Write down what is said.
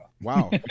Wow